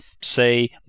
say